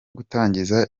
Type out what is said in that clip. gutangiza